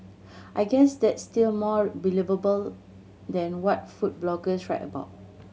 I guess that's still more believable than what food bloggers write about